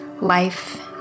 life